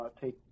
take